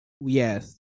Yes